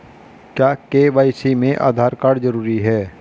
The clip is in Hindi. क्या के.वाई.सी में आधार कार्ड जरूरी है?